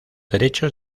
derechos